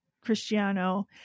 Cristiano